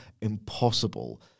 impossible